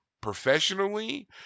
professionally